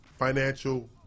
financial